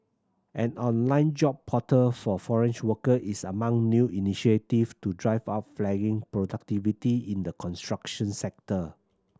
an online job portal for foreigner workers is among new initiative to drive up flagging productivity in the construction sector